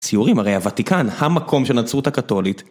ציורים, הרי הוותיקן המקום של נצרות הקתולית